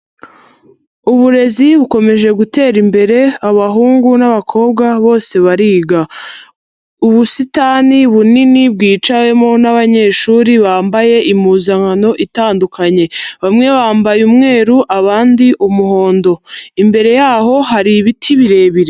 Uburezi bukomeje gutera imbere abahungu n'abakobwa bose bariga, ubusitani bunini bwicawemo n'abanyeshuri bambaye impuzankano itandukanye, bamwe bambaye umweru abandi umuhondo, imbere yaho hari ibiti birebire.